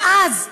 ואז חזרנו,